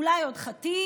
אולי עוד חטיף: